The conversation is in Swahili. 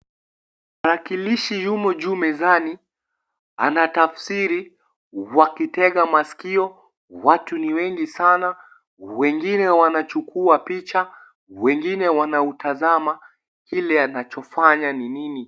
Mwakilishi yumo juu mezani anatafsiri wakitega maskio watu ni wengi sana wengine wanachukua picha wengine wanautazama kile anachofanya ni nini.